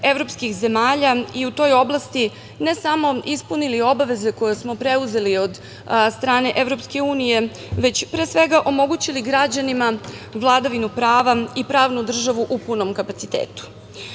evropskih zemalja i u toj oblasti ne samo ispunili obaveze koje smo preuzeli od strane EU, već pre svega omogućili građanima vladavinu prava i pravnu državu u punom kapacitetu. Pomenula